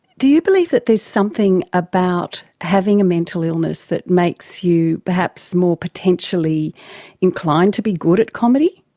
do you believe that there's something about having a mental illness that makes you perhaps more potentially inclined to be good at comedy?